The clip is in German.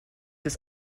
des